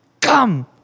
come